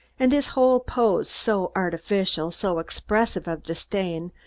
and his whole pose so artificial, so expressive of disdain,